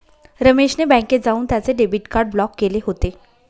रमेश ने बँकेत जाऊन त्याचे डेबिट कार्ड ब्लॉक केले होते